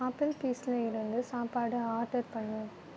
apple பீஸ்சில் இருந்து சாப்பாடு ஆர்டர் பண்ணு